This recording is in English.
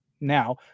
now